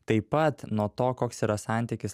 taip pat nuo to koks yra santykis